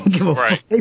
Right